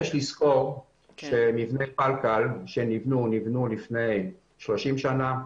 יש לזכור שמבני פלקל שנבנו נבנו לפני 30 שנה,